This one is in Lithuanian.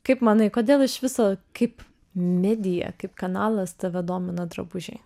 kaip manai kodėl iš viso kaip medija kaip kanalas tave domina drabužiai